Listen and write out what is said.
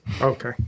Okay